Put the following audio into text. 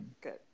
Good